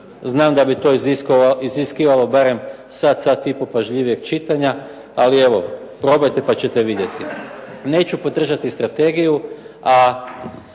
Znam da bi to iziskivalo barem sat, sat i pol pažljivijeg čitanja, ali evo probajte pa ćete vidjeti. Neću podržati strategiju, a